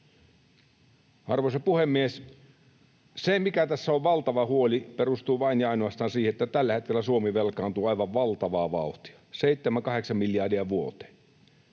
Arvoisa puhemies! Se, mikä tässä on valtava huoli, perustuu vain ja ainoastaan siihen, että tällä hetkellä Suomi velkaantuu aivan valtavaa vauhtia, 7—8 miljardia vuoteen.